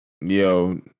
Yo